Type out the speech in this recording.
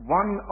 one